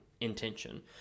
intention